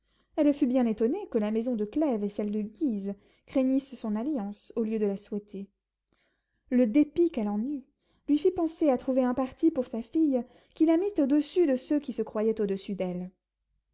elle fut bien étonnée que la maison de clèves et celle de guise craignissent son alliance au lieu de la souhaiter le dépit qu'elle eut lui fit penser à trouver un parti pour sa fille qui la mît au-dessus de ceux qui se croyaient au-dessus d'elle